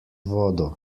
vodo